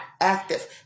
active